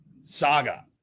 saga